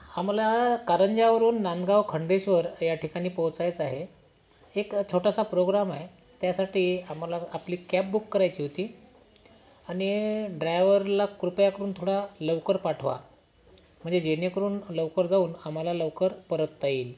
आम्हाला कारंज्यावरून नांदगाव खंडेश्वर या ठिकाणी पोहचायचं आहे एक छोटासा पोग्राम आहे त्यासाठी आम्हाला आपली कॅप बूक करायची होती आणि ड्रायवरला कृपया करून थोडं लवकर पाठवा म्हणजे जेणेकरून लवकर जाऊन आम्हाला लवकर परतता येईल